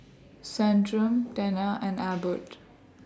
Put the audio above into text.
Centrum Tena and Abbott